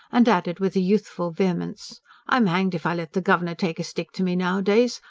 and added with a youthful vehemence i'm hanged if i let the governor take a stick to me nowadays!